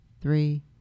three